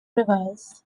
rivers